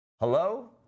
Hello